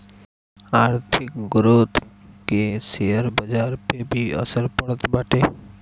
आर्थिक ग्रोथ कअ शेयर बाजार पअ भी असर पड़त बाटे